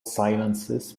silences